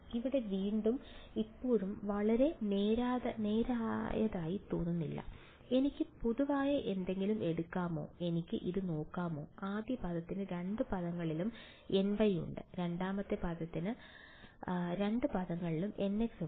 ഇവിടെ വീണ്ടും ഇപ്പോഴും വളരെ നേരായതായി തോന്നുന്നില്ല എനിക്ക് പൊതുവായ എന്തെങ്കിലും എടുക്കാമോ എനിക്ക് ഇത് നോക്കാമോ ആദ്യ പദത്തിന് രണ്ട് പദങ്ങളിലും ny ഉണ്ട് രണ്ടാമത്തെ ടേമിന് രണ്ട് പദങ്ങളിലും nx ഉണ്ട്